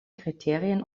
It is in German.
kriterien